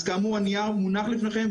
אז כאמור הנייר מונח לפניכם,